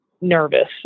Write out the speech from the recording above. nervous